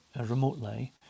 remotely